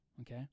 okay